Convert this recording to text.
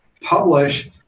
publish